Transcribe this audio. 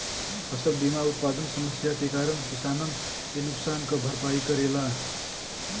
फसल बीमा उत्पादन समस्या के कारन किसानन के नुकसान क भरपाई करेला